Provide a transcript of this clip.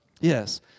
Yes